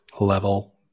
level